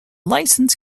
license